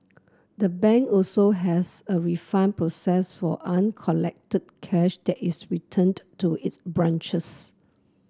the bank also has a refund process for uncollected cash that is returned to its branches